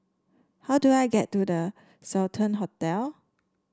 how do I get to The Sultan Hotel